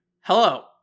Hello